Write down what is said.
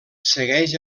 segueix